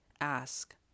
ask